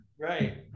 Right